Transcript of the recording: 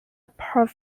apart